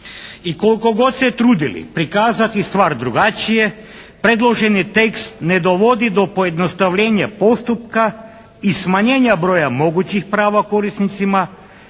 I koliko god se trudili prikazati stvar drugačije predloženi tekst ne dovodi do pojednostavljenja postupka i smanjena broja mogućih prava korisnicima